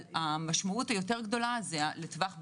המשמעות היותר גדולה זה לטווח בינוני,